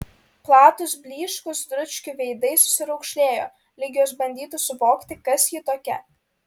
platūs blyškūs dručkių veidai susiraukšlėjo lyg jos bandytų suvokti kas ji tokia